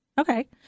Okay